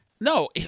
No